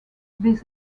this